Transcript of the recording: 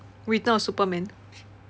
return of superman